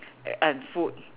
and food